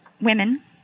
women